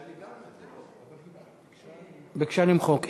היא ביקשה למחוק.